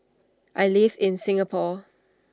I live in Singapore